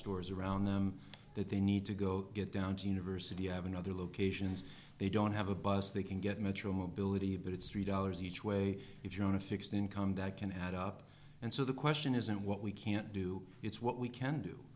stores around them that they need to go get down to university ave other locations they don't have a bus they can get metro mobility but it's three dollars each way if you're on a fixed income that can add up and so the question isn't what we can't do it's what we can do